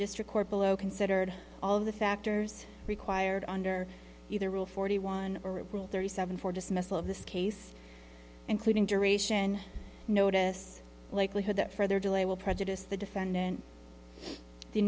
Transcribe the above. district court below considered all of the factors required under either rule forty one or thirty seven for dismissal of this case including duration notice likelihood that further delay will prejudice the defendant